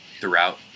throughout